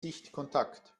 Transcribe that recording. sichtkontakt